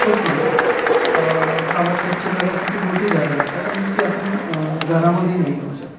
होत नाही हवा स्वच्छ करायसाठी मोठी झाडं लागतात आणि ती आपण घरामध्ये नाही लावू शकत